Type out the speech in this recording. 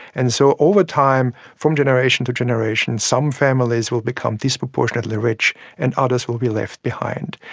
and so over time from generation to generation, some families will become disproportionately rich and others will be left behind,